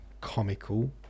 comical